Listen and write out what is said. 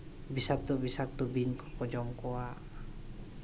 ᱵᱤᱥᱟᱠᱛᱚ ᱵᱤᱥᱟᱠᱛᱚ ᱵᱤᱧ ᱠᱚᱠᱚ ᱡᱚᱢ ᱠᱚᱣᱟ